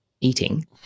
eating